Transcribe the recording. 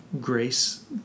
grace